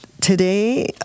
Today